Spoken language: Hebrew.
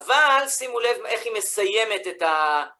אבל שימו לב איך היא מסיימת את ה...